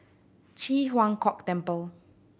Ji Huang Kok Temple